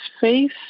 face